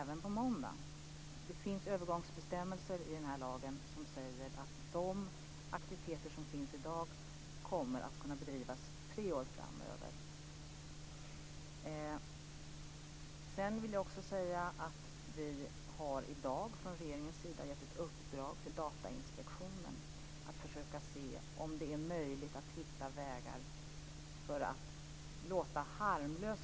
Vi har också sedan tidigare aviserat ett arbete om IT i skolan.